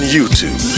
YouTube